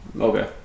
Okay